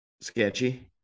sketchy